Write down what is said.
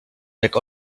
jak